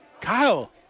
Kyle